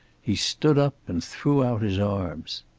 he stood up and threw out his arms.